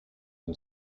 une